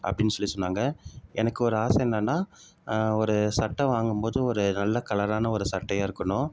அப்படின்னு சொல்லி சொன்னாங்க எனக்கு ஒரு ஆசை என்னன்னா ஒரு சட்டை வாங்கும் போது ஒரு நல்ல கலரான ஒரு சட்டையாக இருக்கணும்